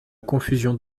confusion